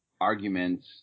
arguments